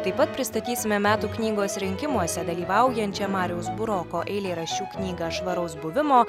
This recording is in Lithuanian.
taip pat pristatysime metų knygos rinkimuose dalyvaujančią mariaus buroko eilėraščių knygą švaraus buvimo